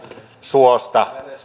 suosta